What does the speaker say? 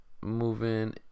Moving